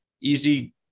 easy